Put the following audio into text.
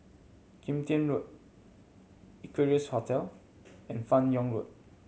Kim Tian Road Equarius Hotel and Fan Yoong Road